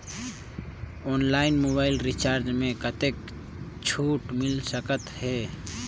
Online mobile recharge मे कतेक छूट मिल सकत हे?